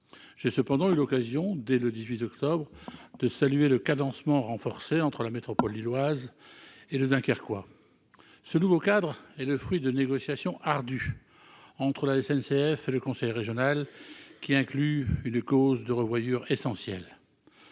J'ai cependant eu l'occasion, dès le 18 octobre, de saluer le cadencement renforcé entre la métropole lilloise et le Dunkerquois. Ce nouveau cadre est le fruit de négociations ardues entre la SNCF et le conseil régional ; il inclut une clause de rendez-vous essentielle.